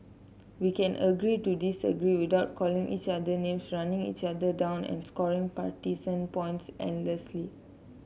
we can agree to disagree without calling each other names running each other down and scoring partisan points endlessly